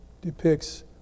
depicts